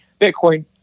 Bitcoin